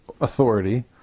authority